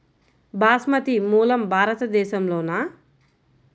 బాస్మతి మూలం భారతదేశంలోనా?